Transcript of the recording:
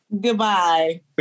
Goodbye